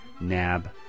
nab